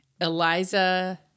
Eliza